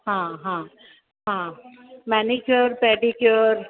हा हा हा मेनिक्योर पेडीक्योर